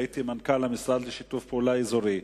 הייתי מנכ"ל המשרד לשיתוף פעולה אזורי.